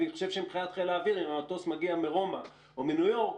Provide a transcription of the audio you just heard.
אני חושב שמבחינת חיל האוויר אם המטוס מגיע מרומא או מניו יורק,